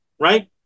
right